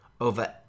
over